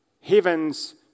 heaven's